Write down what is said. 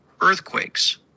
earthquakes